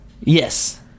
Yes